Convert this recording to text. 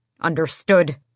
Understood